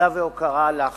תודה והוקרה לך,